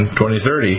2030